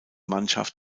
mannschaft